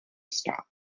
stop